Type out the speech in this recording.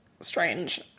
strange